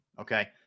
Okay